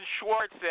Schwartz